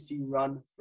run